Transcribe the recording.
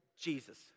Jesus